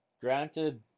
granted